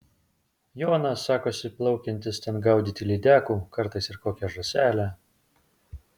jonas sakosi plaukiantis ten gaudyti lydekų kartais ir kokią žąselę